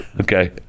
okay